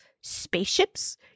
spaceships